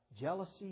jealousy